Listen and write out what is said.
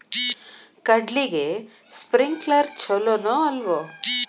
ಕಡ್ಲಿಗೆ ಸ್ಪ್ರಿಂಕ್ಲರ್ ಛಲೋನೋ ಅಲ್ವೋ?